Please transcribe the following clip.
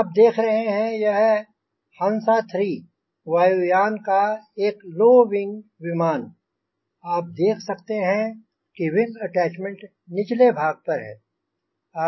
आप देख रहे हैं यह है हंस 3 वायुयान का एक लो विंग विमान आप देख सकते हैं कि विंग अटैच्मेंट निचले भाग पर है